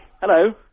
Hello